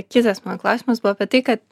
kitas mano klausimas buvo apie tai kad